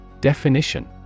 Definition